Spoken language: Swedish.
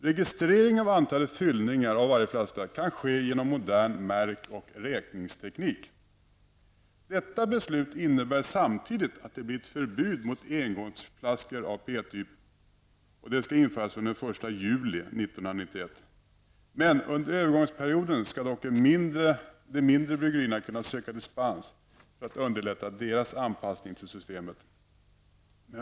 Registrering av antalet fyllningar av varje flaska kan ske genom modern märk och räkningsteknik. Detta beslut innebär samtidigt att ett förbud mot engångsflaskor av PET-typ skall införas från den 1 juli 1991. Under en övergångsperiod skall dock de mindre bryggerierna kunna söka dispens för att underlätta sin anpassning till systemet.